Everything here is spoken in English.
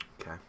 Okay